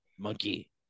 Monkey